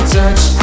touch